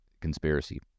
conspiracy